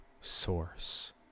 source